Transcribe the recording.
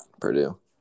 Purdue